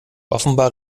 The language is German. offenbar